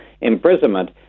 imprisonment